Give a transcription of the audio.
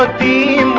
but be